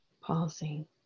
Pausing